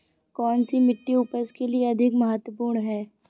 कौन सी मिट्टी उपज के लिए अधिक महत्वपूर्ण है?